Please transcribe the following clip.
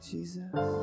Jesus